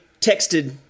texted